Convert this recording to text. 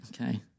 okay